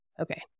Okay